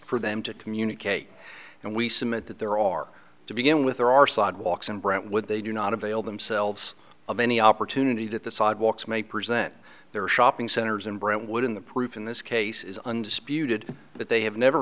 for them to communicate and we submit that there are to begin with there are sidewalks and brentwood they do not avail themselves of any opportunity that the sidewalks may present their shopping centers in brentwood in the proof in this case is undisputed that they have never